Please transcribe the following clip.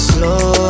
Slow